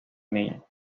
nilo